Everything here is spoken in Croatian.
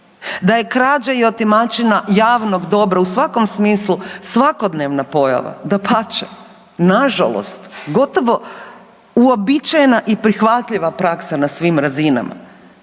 Da je krađa i otimačina javnog dobra u svakom smislu svakodnevna pojava dapače, nažalost gotovo uobičajena i prihvatljiva praksa na svim razinama.